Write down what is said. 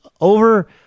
over